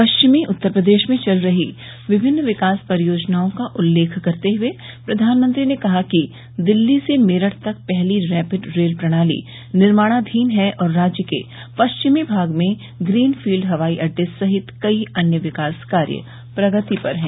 पश्चिमी उत्तर प्रदेश में चल रही विभिन्न विकास परियोजनाओं का उल्लेख करते हुए प्रधानमंत्री ने कहा कि दिल्ली से मेरठ तक पहली रैपिड रेल प्रणाली निर्माणाधीन है और राज्य के पश्चिमी भाग में ग्रीनफील्ड हवाई अड्डे सहित कई अन्य विकास कार्य प्रगति पर हैं